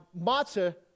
matzah